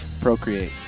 Procreate